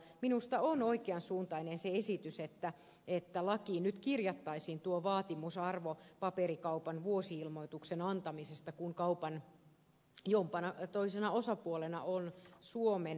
minusta on oikean suuntainen se esitys että lakiin nyt kirjattaisiin tuo vaatimus arvopaperikaupan vuosi ilmoituksen antamisesta kun kaupan toisena osapuolena on suomen verovelvollinen